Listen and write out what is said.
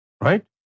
Right